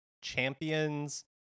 Champions